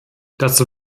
dazu